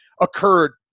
occurred